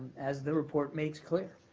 as the report makes clear.